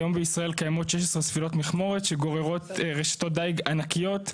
היום בישראל קיימות 16 ספינות מכמורת שגוררות רשתות דייג ענקיות,